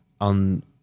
on